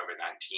COVID-19